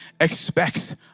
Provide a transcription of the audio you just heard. expects